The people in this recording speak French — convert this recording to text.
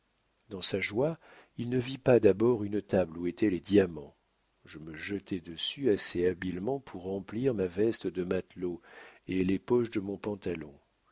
dans sa joie il ne vit pas d'abord une table où étaient les diamants je me jetai dessus assez habilement pour emplir ma veste de matelot et les poches de mon pantalon